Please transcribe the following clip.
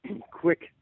quick